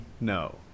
no